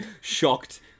shocked